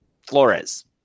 Flores